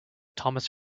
thomas